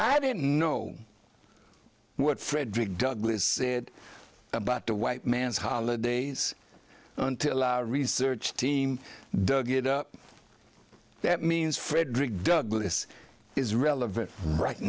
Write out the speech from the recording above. i didn't know what frederick douglass said about the white man's holidays until our research team dug it up that means frederick douglas is relevant right